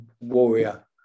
warrior